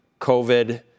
COVID